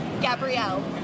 Gabrielle